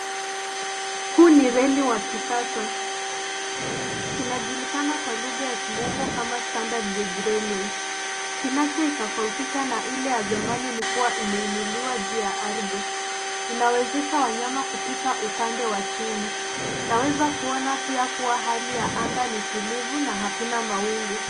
Huu ni reli wa kisasa. Kinajulikana kwa lugha ya kimombo kama Standard Gauge Railway. Kinachoitofautisha na ile ya zamani ni kuwa imeinuliwa juu ya ardhi. Inawezesha wanyama kupita upande wa chini. Naweza kuona pia kuwa hali ya anga ni tulivu na hakuna mawingu.